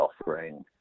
offering